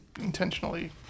intentionally